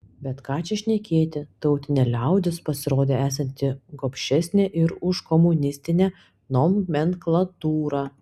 bet ką čia šnekėti tautinė liaudis pasirodė esanti gobšesnė ir už komunistinę nomenklatūrą